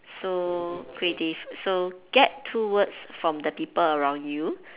so creative so get two words from the people around you